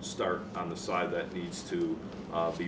start on the side that needs to be